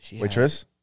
Waitress